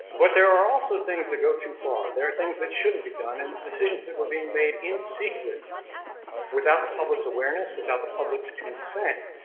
but there are also things that go too far. there are things that shouldn't be done, and decisions that were being made in secret without the public's awareness, without public's consent,